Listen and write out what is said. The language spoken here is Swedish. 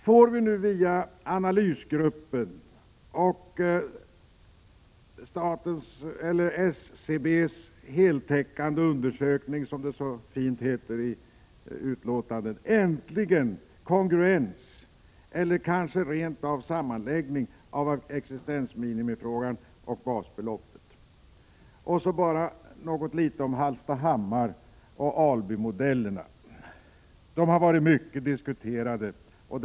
Får vi nu via analysgruppen och SCB:s heltäckande undersökning, som det så vackert heter i betänkandet, äntligen kongruens eller kanske rent av sammanläggning av frågorna om existensminimum och basbeloppet? Låt mig så säga något om Hallstahammar och Albymodellerna, som har diskuterats mycket.